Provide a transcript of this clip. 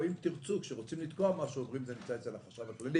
או אם תרצו: כשרוצים לתקוע משהו אומרים שזה נמצא אצל החשב הכללי.